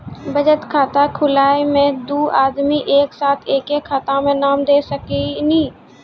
बचत खाता खुलाए मे दू आदमी एक साथ एके खाता मे नाम दे सकी नी?